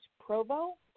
Provo